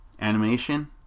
Animation